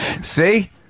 see